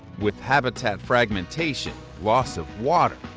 with habitat fragmentation, loss of water,